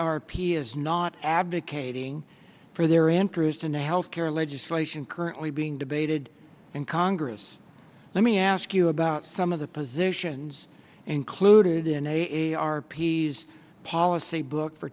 r p is not advocating for their interest in the health care legislation currently being debated in congress let me ask you about some of the positions included in a r p s policy book for